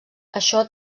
això